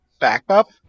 backup